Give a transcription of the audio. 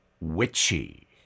witchy